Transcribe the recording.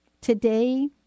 today